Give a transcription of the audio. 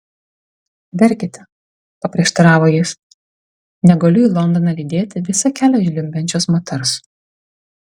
verkiate paprieštaravo jis negaliu į londoną lydėti visą kelią žliumbiančios moters